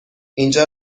اینجا